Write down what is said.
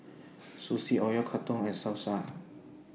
Sushi Oyakodon and Salsa